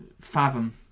fathom